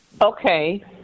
okay